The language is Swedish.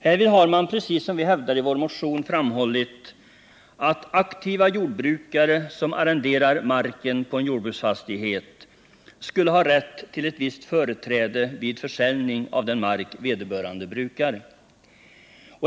Härvid har man, precis som vi hävdar i vår motion, framhållit att aktiva jordbrukare som arrenderar marken på jordbruksfastighet skulle ha rätt till ett visst företräde vid försäljning av den mark vederbörande brukar.